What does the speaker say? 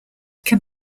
can